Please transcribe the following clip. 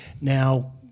Now